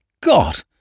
God